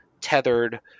tethered